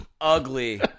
ugly